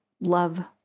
love